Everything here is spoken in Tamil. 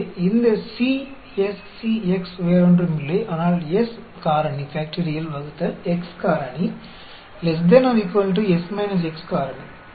எனவே இந்த C S C x வேறொன்றும் இல்லை ஆனால் S காரணி ÷ x காரணி ≤ S x காரணி